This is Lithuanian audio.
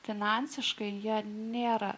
finansiškai ją nėra